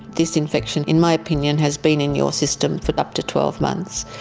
this infection in my opinion has been in your system for up to twelve months.